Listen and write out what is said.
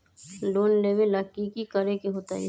Loan लेबे ला की कि करे के होतई?